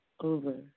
Over